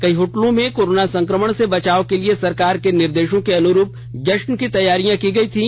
कई होटलों में कोरोना संक्रमण से बचाव के लिए सरकार के निर्देशों के अनुरूप जश्न की तैयारी की गई थी